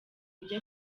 ibyo